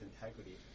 integrity